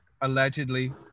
allegedly